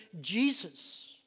Jesus